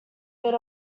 bit